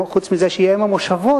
חוץ מזה שהיא אם המושבות,